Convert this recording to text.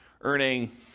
earning